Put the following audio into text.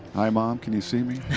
hi, mom, can you see me?